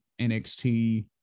NXT